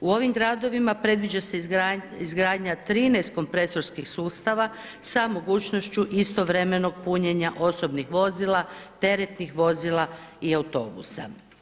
U ovim gradovima predviđa se izgradnja 13 kompresorskih sustava sa mogućnošću istovremenog punjenja osobnih vozila, teretnih vozila i autobusa.